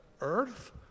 earth